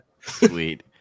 Sweet